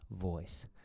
voice